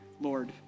Lord